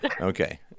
Okay